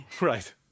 Right